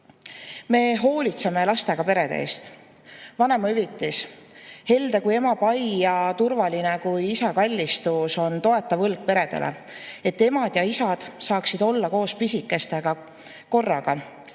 Me hoolitseme lastega perede eest. Vanemahüvitis, helde kui ema pai ja turvaline kui isa kallistus, on toetav õlg peredele, et emad ja isad saaksid olla koos pisikestega korraga.